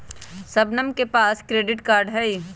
शबनम के पास credit card हई